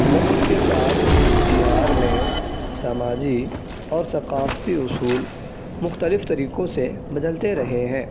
وقت کے ساتھ بہار میں سماجی اور ثقافتی اصول مختلف طریقوں سے بدلتے رہے ہیں